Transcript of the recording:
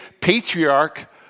patriarch